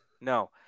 No